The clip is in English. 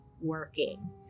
working